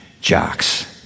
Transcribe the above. jocks